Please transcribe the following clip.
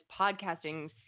podcasting